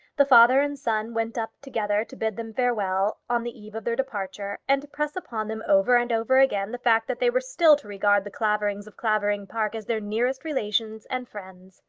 the father and son went up together to bid them farewell, on the eve of their departure, and to press upon them, over and over again, the fact that they were still to regard the claverings of clavering park as their nearest relations and friends.